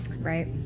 Right